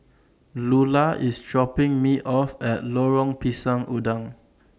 Lular IS dropping Me off At Lorong Pisang Udang